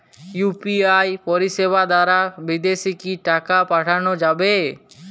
UPI পরিষেবা দারা বিদেশে কি টাকা পাঠানো যাবে?